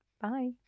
bye